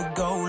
go